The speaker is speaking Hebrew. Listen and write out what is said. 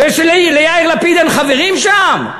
בגלל שליאיר לפיד אין חברים שם?